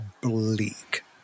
bleak